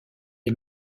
les